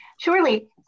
Surely